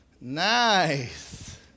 Nice